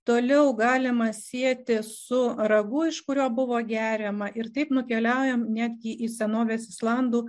toliau galima sieti su ragu iš kurio buvo geriama ir taip nukeliaujam netgi į senovės islandų